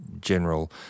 general